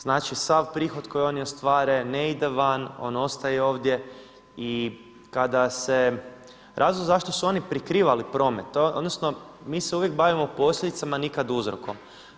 Znači sav prihod koji oni ostvare ne ide van, on ostaje ovdje i kada se razlog zašto su oni prikrivali promet, odnosno mi se uvijek bavimo posljedicama, a nikad uzrokom.